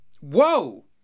whoa